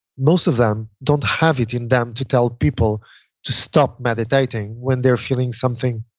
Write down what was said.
most of them don't have it in them to tell people to stop meditating when they're feeling something